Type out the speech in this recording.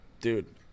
Dude